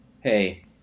Hey